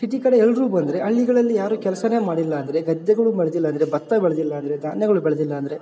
city ಕಡೆ ಎಲ್ಲರು ಬಂದರೆ ಹಳ್ಳಿಗಳಲ್ಲಿ ಯಾರು ಕೆಲ್ಸ ಮಾಡಿಲ್ಲ ಅಂದರೆ ಗದ್ದೆಗಳು ಮಾಡಿಲ್ಲ ಅಂದರೆ ಭತ್ತ ಬೆಳೆದಿಲ್ಲ ಅಂದರೆ ಧಾನ್ಯಗಳು ಬೆಳೆದಿಲ್ಲ ಅಂದರೆ